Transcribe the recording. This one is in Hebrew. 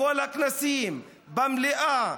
בכל הכנסים, במליאה.